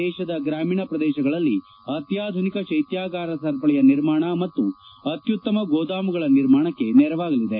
ದೇಶದ ಗ್ರಾಮೀಣ ಪ್ರದೇಶಗಳಲ್ಲಿ ಅತ್ಯಾಧುನಿಕ ಶೈತ್ಯಾಗಾರ ಸರಪಳಿಯ ನಿರ್ಮಾಣ ಮತ್ತು ಅತ್ಯುತ್ತಮ ಗೋದಾಮುಗಳ ನಿರ್ಮಾಣಕ್ಕೆ ನೆರವಾಗಲಿದೆ